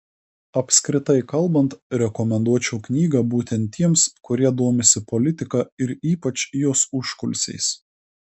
apskritai kalbant rekomenduočiau knygą būtent tiems kurie domisi politika ir ypač jos užkulisiais